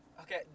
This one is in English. Okay